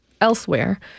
elsewhere